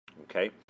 okay